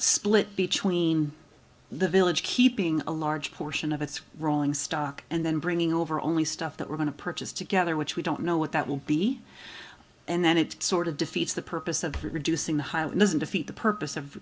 split between the village keeping a large portion of its rolling stock and then bringing over only stuff that we're going to purchase together which we don't know what that will be and then it sort of defeats the purpose of reducing the highland doesn't defeat the purpose of